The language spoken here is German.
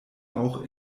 auch